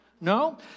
No